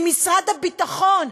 ממשרד הביטחון,